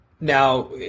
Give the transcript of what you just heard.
Now